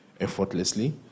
effortlessly